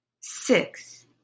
six